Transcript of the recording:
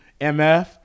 MF